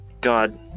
God